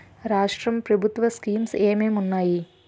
రాష్ట్రం ప్రభుత్వ స్కీమ్స్ ఎం ఎం ఉన్నాయి?